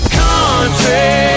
country